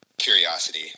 curiosity